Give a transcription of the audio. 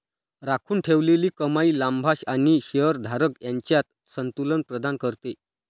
राखून ठेवलेली कमाई लाभांश आणि शेअर धारक यांच्यात संतुलन प्रदान करते